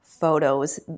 photos